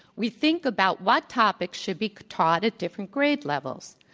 we think about what topics should be taught at different grade levels.